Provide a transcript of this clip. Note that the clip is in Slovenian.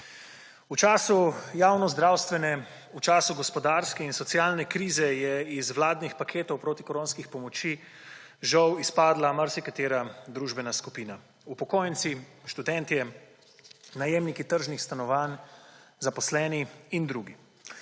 V času javno-zdravstvene, v času gospodarske in socialne krize je iz vladnih paketov protikoronskih pomoči žal izpadla marsikatera družbena skupina. Upokojenci, študentje, najemniki tržnih stanovanj, zaposleni in drugi.